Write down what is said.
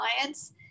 clients